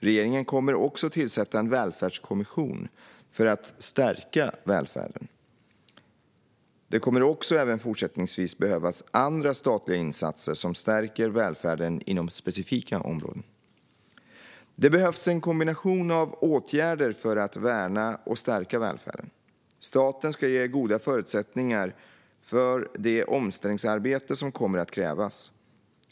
Regeringen kommer också att tillsätta en välfärdskommission för att stärka välfärden. Det kommer också även fortsättningsvis att behövas andra statliga insatser som stärker välfärden inom specifika områden. Det behövs en kombination av åtgärder för att värna och stärka välfärden. Staten ska ge goda förutsättningar för det omställningsarbete som kommer att krävas.